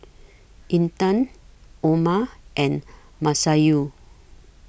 Intan Omar and Masayu